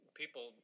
people